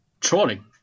trolling